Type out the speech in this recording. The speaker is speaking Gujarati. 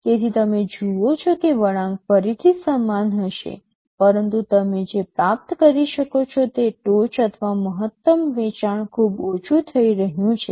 તેથી તમે જુઓ છો કે વળાંક ફરીથી સમાન હશે પરંતુ તમે જે પ્રાપ્ત કરી શકો છો તે ટોચ અથવા મહત્તમ વેચાણ ખૂબ ઓછું થઈ રહ્યું છે